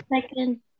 second